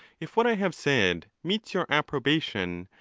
if what i have said meets your approbation,